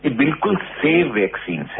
ये बिलकुल safe vaccine है